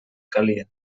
calia